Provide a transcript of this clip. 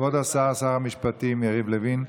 כבוד השר, שר המשפטים יריב לוין,